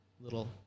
little